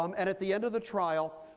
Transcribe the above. um and at the end of the trial,